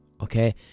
okay